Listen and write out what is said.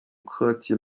科奇斯